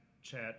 Chat